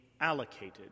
allocated